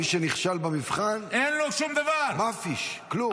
מי שנכשל במבחן, מפיש, כלום.